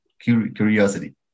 curiosity